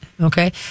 Okay